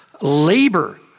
labor